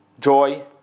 joy